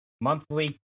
monthly